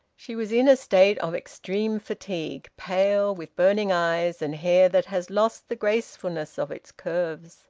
she was in a state of extreme fatigue pale, with burning eyes, and hair that has lost the gracefulness of its curves